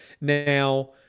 Now